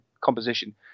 composition